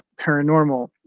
paranormal